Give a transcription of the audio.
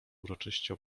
uroczyście